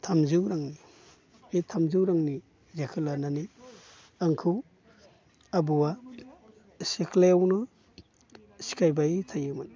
थामजौ रांनि बे थामजौ रांनि जेखो लानानै आंखौ आबौआ सेख्लायावनो सिखायबाय थायोमोन